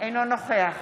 אינו נוכח